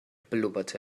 blubberte